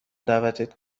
دعوتت